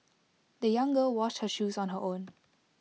the young girl washed her shoes on her own